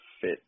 fit